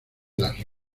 las